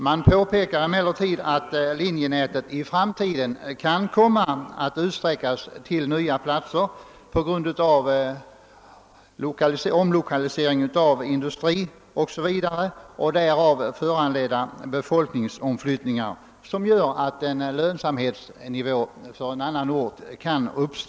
Man påpekar emellertid också att linjenätet i framtiden kan komma att utsträckas till nya platser på grund av omlokalisering av industrier o.s.v. och därav föranledda befolkningsomflyttningar, som gör att tillräckligt hög lönsamhetsnivå för en annan ort kan uppnås.